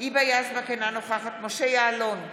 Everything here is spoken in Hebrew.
היבה יזבק, אינה נוכחת משה יעלון,